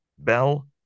Bell